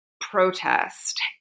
protest